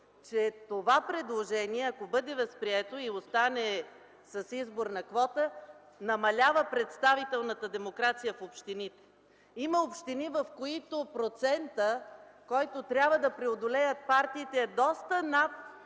че това предложение, ако бъде възприето и остане с изборна квота, намалява представителната демокрация в общините. Има общини, в които процентът, който трябва да преодолеят партиите, е доста над